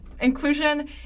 inclusion